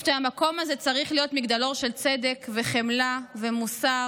אני חושבת שהמקום הזה צריך להיות מגדלור של צדק וחמלה ומוסר